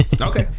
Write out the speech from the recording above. Okay